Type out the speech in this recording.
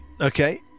Okay